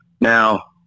Now